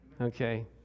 Okay